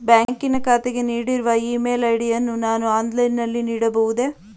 ಬ್ಯಾಂಕಿನ ಖಾತೆಗೆ ನೀಡಿರುವ ಇ ಮೇಲ್ ಐ.ಡಿ ಯನ್ನು ನಾನು ಆನ್ಲೈನ್ ನಲ್ಲಿ ನೀಡಬಹುದೇ?